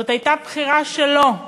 זאת הייתה בחירה שלו.